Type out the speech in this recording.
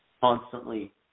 constantly